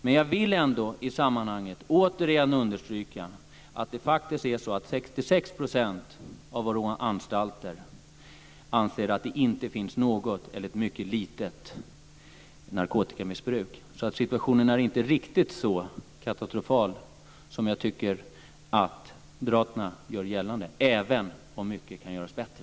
Men jag vill ändå i sammanhanget återigen understryka att 66 % av våra anstalter faktiskt anser att det inte finns något eller ett mycket litet narkotikamissbruk. Situationen är inte riktigt så katastrofal som jag tycker att moderaterna gör gällande, även om mycket kan göras bättre.